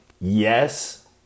yes